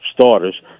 starters